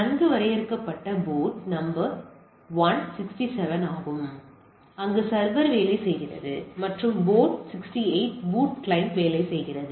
நன்கு வரையறுக்கப்பட்ட port number one 67 ஆகும் அங்கு சர்வர் வேலை செய்கிறது மற்றும் போர்ட் 68 பூட் கிளையன்ட் வேலை செய்கிறது